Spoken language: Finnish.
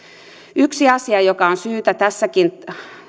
yksi asia joka on syytä tässäkin